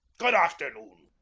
good afternoon!